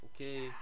Okay